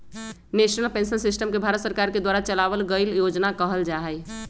national pension system के भारत सरकार के द्वारा चलावल गइल योजना कहल जा हई